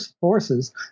Forces